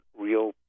real